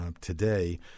today